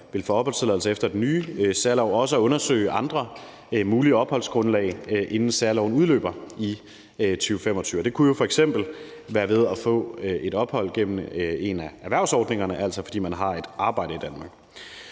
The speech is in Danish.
vil få opholdstilladelse efter den nye særlov, til også at undersøge andre mulige opholdsgrundlag, inden særloven udløber i 2025. Det kunne jo f.eks. være ved at få et ophold gennem en af erhvervsordningerne, altså fordi man har et arbejde i Danmark.